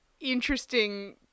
interesting